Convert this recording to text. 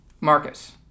Marcus